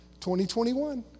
2021